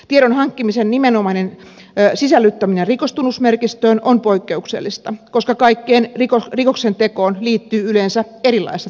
tiedon hankkimisen nimenomainen sisällyttäminen rikostunnusmerkistöön on poikkeuksellista koska kaikkeen rikoksentekoon liittyy yleensä erilaista tiedonhankintaa